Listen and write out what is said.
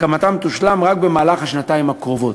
הקמתם תושלם רק במהלך השנתיים הקרובות.